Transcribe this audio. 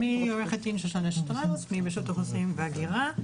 שמי עו"ד שושנה שטראוס, מרשות האוכלוסין וההגירה.